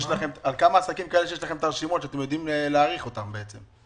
כמה עסקים שיש לכם את הרשימות ואתם יודעים להעריך אותם?